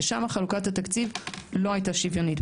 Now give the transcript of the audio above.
ושם חלוקת התקציב לא הייתה שוויונית.